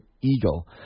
eagle